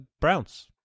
Browns